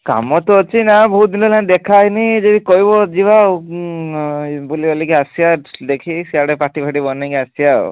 କାମ ତ ଅଛି ନା ବହୁତ ଦିନ ହେଲା ଦେଖା ହେଇନି ଯଦି କହିବ ଯିବା ଆଉ ବୁଲିବାଲିକି ଆସିବା ଦେଖିକି ସିଆଡ଼େ ପାର୍ଟିଫାର୍ଟି ବନାଇକି ଆସିବା ଆଉ